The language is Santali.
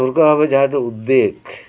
ᱥᱚᱨᱠᱟᱨ ᱵᱷᱟᱵᱮ ᱡᱟᱦᱟᱴᱟᱜ ᱩᱫᱮᱜ